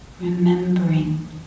Remembering